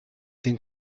den